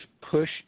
push